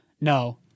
No